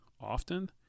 often